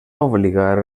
obligar